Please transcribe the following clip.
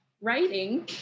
Writing